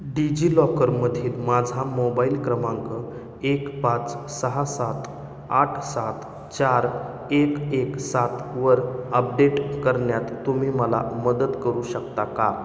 डिजिलॉकरमधील माझा मोबाईल क्रमांक एक पाच सहा सात आठ सात चार एक एक सातवर अपडेट करण्यात तुम्ही मला मदत करू शकता का